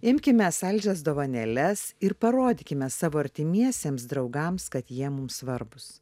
imkime saldžias dovanėles ir parodykime savo artimiesiems draugams kad jie mums svarbūs